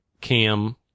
cam